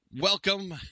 Welcome